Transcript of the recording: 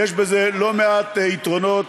יש בו לא מעט יתרונות.